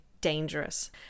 dangerous